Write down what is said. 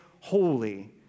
holy